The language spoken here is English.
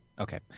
Okay